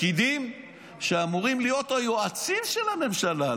פקידים שאמורים להיות היועצים של הממשלה,